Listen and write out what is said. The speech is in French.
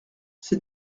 ces